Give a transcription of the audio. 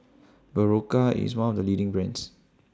Berocca IS one of The leading brands